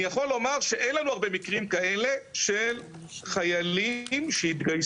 אני יכול לומר שאין לנו הרבה מקרים כאלה של חיילים שהתגייסו